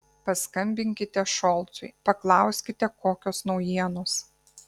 paskambinkite šolcui paklauskite kokios naujienos